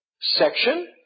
section